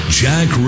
jack